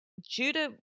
Judah